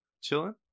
Chilling